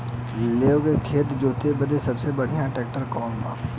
लेव के खेत जोते बदे सबसे बढ़ियां ट्रैक्टर कवन बा?